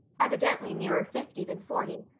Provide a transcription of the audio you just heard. evidently nearer fifty than forty,